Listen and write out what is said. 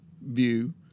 view